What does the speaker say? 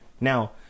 Now